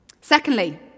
Secondly